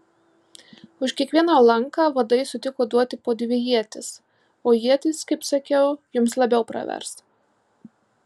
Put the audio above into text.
už kiekvieną lanką vadai sutiko duoti po dvi ietis o ietys kaip sakiau jums labiau pravers